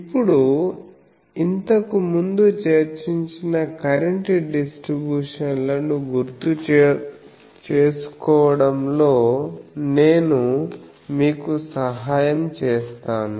ఇప్పుడు ఇంతకుముందు చర్చించిన కరెంట్ డిస్ట్రిబ్యూషన్ లను గుర్తుచేసుకోవడం లో నేను మీకు సహాయం చేస్తాను